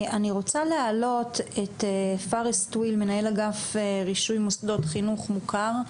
אני רוצה להעלות את פארס טוויל מנהל אגף רישוי מוסדות חינוך מוכר,